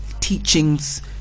teachings